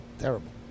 terrible